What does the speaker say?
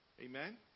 amen